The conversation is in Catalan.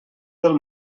del